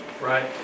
Right